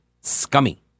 scummy